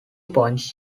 points